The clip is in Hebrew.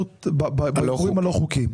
בהימורים הלא חוקיים.